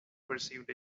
perceived